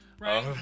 Right